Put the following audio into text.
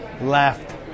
left